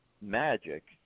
magic